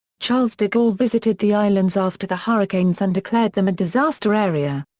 charles de gaulle visited the islands after the hurricanes and declared them a disaster area.